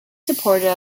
supporter